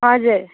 हजुर